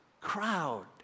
crowd